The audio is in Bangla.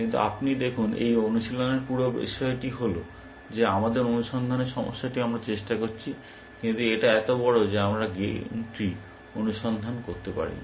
কিন্তু আপনি দেখুন এই অনুশীলনের পুরো বিষয়টি হল যে আমাদের অনুসন্ধানের সমস্যাটি আমরা চেষ্টা করছি কিন্তু এটা এত বড় যে আমরা গেম ট্রি অনুসন্ধান করতে পারি না